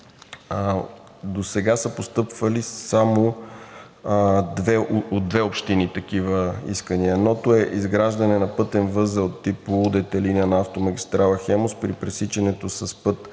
досега са постъпвали само от две общини такива искания. Едното е изграждане на пътен възел тип „Полудетелина“ на автомагистрала „Хемус“ при пресичането с път